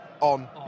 On